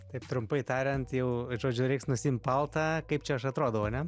taip trumpai tariant jau žodžiu reiks nusiimt paltą kaip čia aš atrodau ane